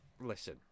Listen